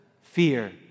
Fear